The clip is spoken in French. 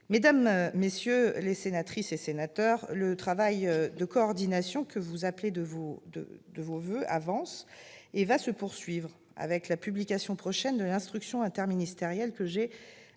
Mesdames, messieurs les sénateurs, le travail de coordination que vous appelez de vos voeux avance et va se poursuivre, avec la publication prochaine de l'instruction interministérielle que j'ai annoncée.